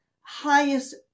highest